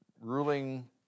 ruling